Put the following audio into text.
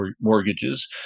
mortgages